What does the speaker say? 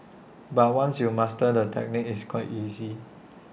but once you mastered the technique it's quite easy